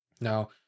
Now